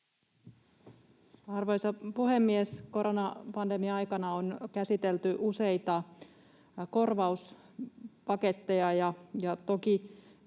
Arvoisa puhemies! Koronapandemian aikana on käsitelty useita korvauspaketteja, ja toki